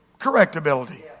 correctability